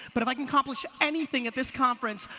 but if i can accomplish anything at this conference,